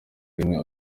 rimwe